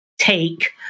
take